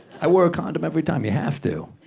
i wear a condom every time. you have to.